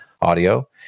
audio